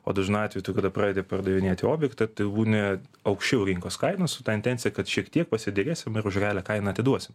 o dažnu atveju tu kada pradedi pardavinėti objektą tai ne aukščiau rinkos kaina su ta intencija kad šiek tiek pasiderėsim ir už realią kainą atiduosim